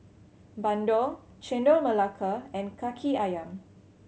bandung Chendol Melaka and Kaki Ayam